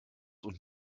und